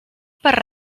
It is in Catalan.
per